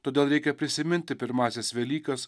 todėl reikia prisiminti pirmąsias velykas